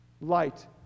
Light